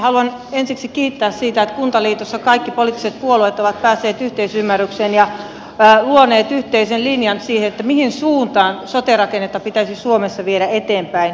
haluan ensiksi kiittää siitä että kuntaliitossa kaikki poliittiset puolueet ovat päässeet yhteisymmärrykseen ja luoneet yhteisen linjan siihen mihin suuntaan sote rakennetta pitäisi suomessa viedä eteenpäin